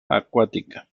acuática